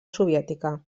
soviètica